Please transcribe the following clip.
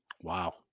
Wow